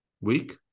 week